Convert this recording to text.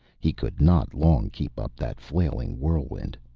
he could not long keep up that flailing whirlwind.